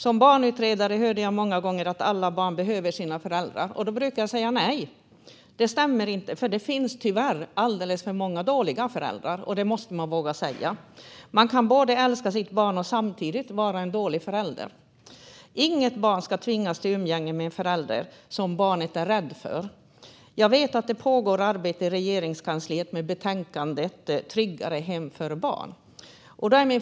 Som barnutredare hörde jag många gånger att alla barn behöver sina föräldrar. Jag brukade säga: Nej, det stämmer inte. Det finns tyvärr alldeles för många dåliga föräldrar. Det måste vi våga säga. Man kan älska sitt barn och samtidigt vara en dålig förälder. Inget barn ska tvingas till umgänge med en förälder som barnet är rädd för. Jag vet att det pågår arbete i Regeringskansliet med betänkandet Tryggare hem för barn .